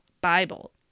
Bible